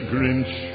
Grinch